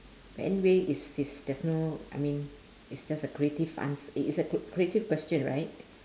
anyway is is there's no I mean it's just a creative ans~ it is a cr~ creative question right